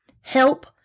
help